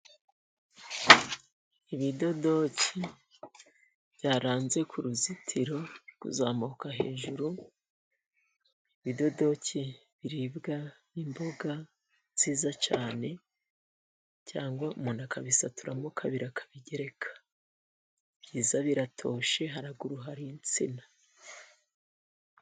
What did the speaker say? Ibidodoki byaranze kuruzitiro kuzamuka hejuru, ibidodoki biribwa imboga nziza cyane cyangwa umuntu akabisaturamo kabiri akabigereka. Ni byiza biratoshye haruguru hari insina.